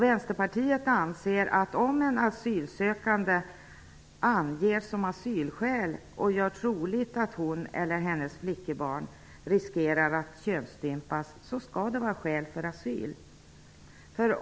Vänsterpartiet anser att om en asylsökande anger som asylskäl och gör troligt att hon eller hennes flickebarn riskerar att könsstympas skall detta vara skäl för asyl.